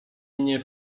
mnie